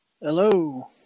Hello